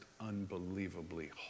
unbelievably